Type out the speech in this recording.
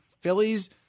Phillies